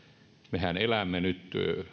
mehän elämme nyt